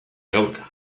aurka